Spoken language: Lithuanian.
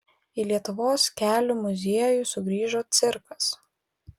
į lietuvos kelių muziejų sugrįžo cirkas